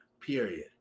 period